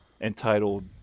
entitled